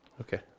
Okay